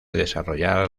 desarrollar